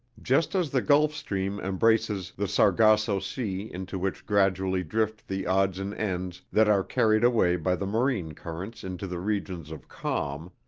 just as the gulf stream embraces the sargasso sea into which gradually drift the odds and ends that are carried away by the marine currents into the regions of calm,